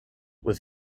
with